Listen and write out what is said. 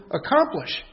accomplish